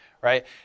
right